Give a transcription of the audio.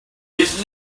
his